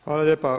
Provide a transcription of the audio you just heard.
Hvala lijepa.